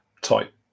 type